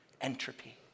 entropy